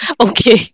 okay